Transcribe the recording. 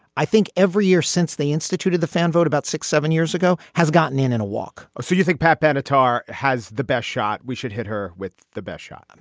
i think every year since they instituted the fan vote about six, seven years ago has gotten in in a walk or so you think pap antar but has the best shot? we should hit her with the best shot. um